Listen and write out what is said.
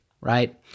right